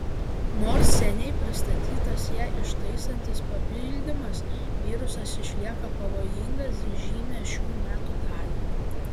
nors seniai pristatytas ją ištaisantis papildymas virusas išlieka pavojingas žymią šių metų dalį